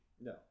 No